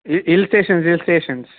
E hill stations hill stations